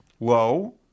low